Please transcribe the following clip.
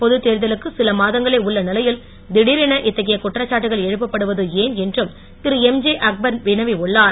பொது தேர்தலுக்கு சில மாதங்களே உள்ள நிலையில் திடீரென இத்தகைய குற்றச்சாட்டுகள் எழுப்பப் படுவது ஏன் என்றும் திரு எம்ஜே அக்பர் வினவி உள்ளார்